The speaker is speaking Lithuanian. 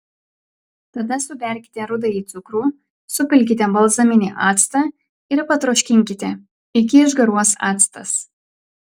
tada suberkite rudąjį cukrų supilkite balzaminį actą ir patroškinkite iki išgaruos actas